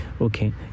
okay